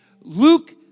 Luke